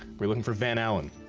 re looking for van allen.